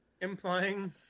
implying